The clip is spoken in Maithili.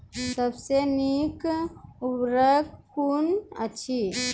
सबसे नीक उर्वरक कून अछि?